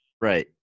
right